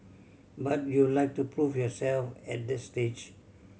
but you'd like to prove yourself at that stage